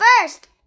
first